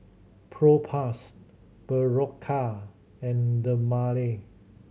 Propass Berocca and Dermale